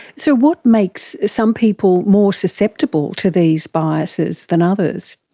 so what makes some people more susceptible to these biases than others?